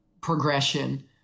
progression